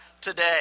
today